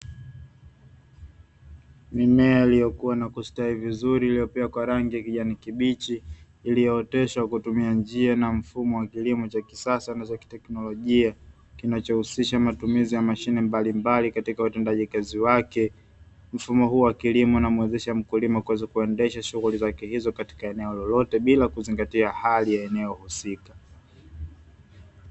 Mimea iliyokuwa na kustawi vizuri iliyopea kwa rangi ya kijani kibichi, iliyooteshwa kwa kutumia njia na mfumo wa kilimo cha kisasa na za kiteknolojia kinayohusisha matumizi ya mashine mbalimbali katika utekelezaji wake. Mfumo huu wa kilimo unamuwezesha mkulima kuweza kuendesha shughuli zake hizo katika eneo lolote bila kuzingatia hali ya eneo husika.